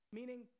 meaning